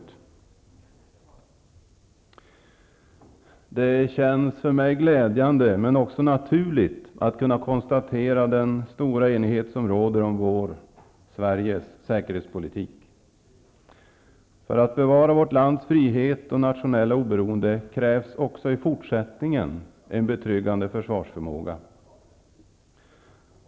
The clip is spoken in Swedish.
Det känns för mig glädjande men också naturligt att kunna konstatera den stora enighet som råder om Sveriges säkerhetspolitik. För att bevara vårt lands frihet och nationella oberoende krävs också i fortsättningen en betryggande försvarsförmåga.